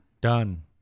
Done